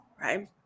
right